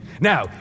Now